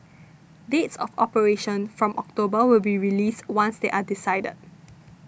dates of operation from October will be released once they are decided